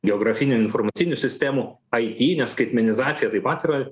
geografinių informacinių sistemų it nes skaitmenizacija taip pat yra